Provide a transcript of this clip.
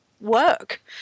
work